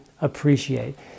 appreciate